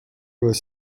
was